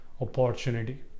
opportunity